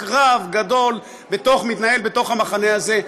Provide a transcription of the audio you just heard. קרב גדול מתנהל בתוך המחנה הזה,